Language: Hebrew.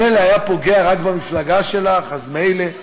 מילא היה פוגע רק במפלגה שלך, אז מילא,